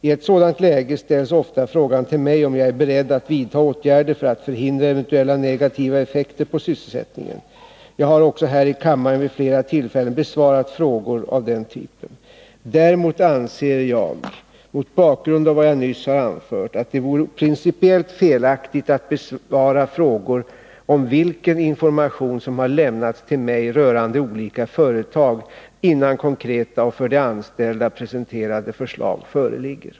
I ett sådant läge ställs ofta frågan till mig, om jag är beredd att vidta åtgärder för att förhindra eventuella negativa effekter på sysselsättningen. Jag har också här i kammaren vid flera tillfällen besvarat frågor av den typen. Däremot anser jag, mot bakgrund av vad jag nyss har anfört, att det vore principiellt felaktigt att besvara frågor om vilken information som har lämnats till mig rörande olika företag innan konkreta och för de anställda presenterade förslag föreligger.